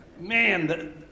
Man